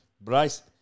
Bryce